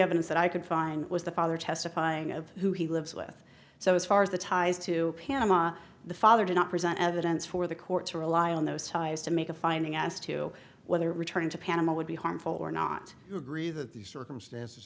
evidence that i could find was the father testifying of who he lives with so as far as the ties to panama the father did not present evidence for the court to rely on those ties to make a finding as to whether returning to panama would be harmful or not you agree that the circumstances